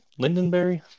Lindenberry